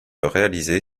réalisés